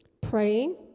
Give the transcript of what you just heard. praying